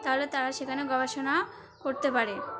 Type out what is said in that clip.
তা হলে তারা সেখানে গবেষণা করতে পারে